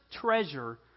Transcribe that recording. treasure